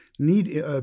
need